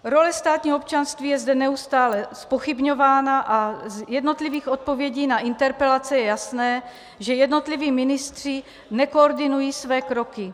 Role státního občanství je zde neustále zpochybňována a z jednotlivých odpovědí na interpelace je jasné, že jednotliví ministři nekoordinují své kroky.